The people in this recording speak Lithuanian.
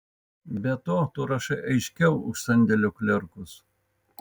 be to tu rašai aiškiau už sandėlio klerkus